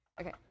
Okay